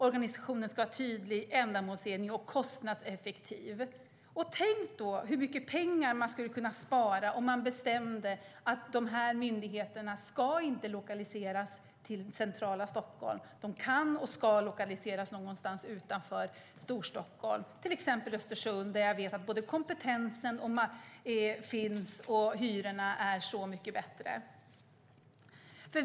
Organisationen ska vara tydlig, ändamålsenlig och kostnadseffektiv. Tänk då hur mycket pengar som man skulle kunna spara om man bestämde att dessa myndigheter inte ska lokaliseras till centrala Stockholm. De kan och ska lokaliseras någonstans utanför Storstockholm, till exempel i Östersund där jag vet att kompetensen finns och hyrorna är så mycket lägre.